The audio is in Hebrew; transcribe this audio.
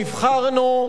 נבחרנו,